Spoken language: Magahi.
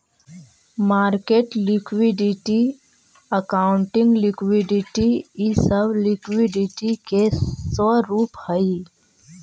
मार्केट लिक्विडिटी, अकाउंटिंग लिक्विडिटी इ सब लिक्विडिटी के स्वरूप हई